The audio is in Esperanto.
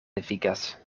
devigas